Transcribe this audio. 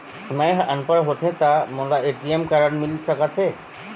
मैं ह अनपढ़ होथे ता मोला ए.टी.एम कारड मिल सका थे?